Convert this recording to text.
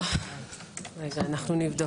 נבדוק.